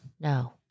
No